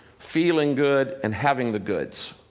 feeling good and having the goods.